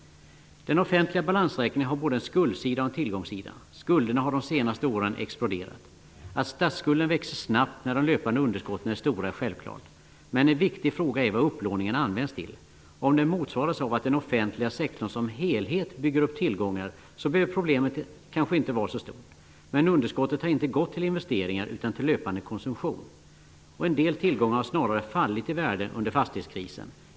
Den offentliga balansräkningen har både en skuldsida och en tillgångssida. Skulderna har de senaste åren exploderat. Att statsskulden växer snabbt när de löpande underskotten är stora är självklart. Men en viktig fråga är vad upplåningen används till. Om den motsvaras av att den offentliga sektorn som helhet bygger upp tillgångar behöver problemet kanske inte vara så stort. Men underskottet har inte gått till investeringar utan till löpande konsumtion. En del tillgångar har snarare fallit i värde under fastighetskrisen.